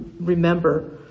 remember